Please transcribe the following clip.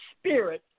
spirit